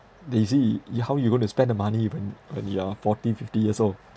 that easy you how you're going to spend the money when when you are forty fifty years old